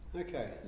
Okay